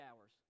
hours